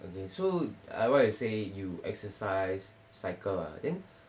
so like what you say you exercise cycle uh then